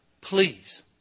Please